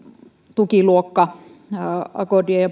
tukiluokka purkuakordien ja